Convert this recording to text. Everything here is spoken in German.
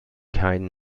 keinen